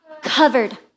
covered